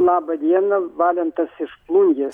laba diena valentas iš plungės